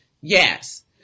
Yes